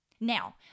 Now